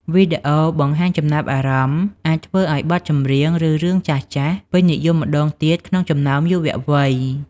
វីដេអូបង្ហាញចំណាប់អារម្មណ៍អាចធ្វើឱ្យបទចម្រៀង ឬរឿងចាស់ៗពេញនិយមម្តងទៀតក្នុងចំណោមយុវវ័យ។